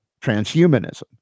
transhumanism